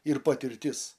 ir patirtis